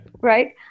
Right